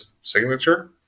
signature